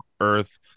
Earth